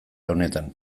honetan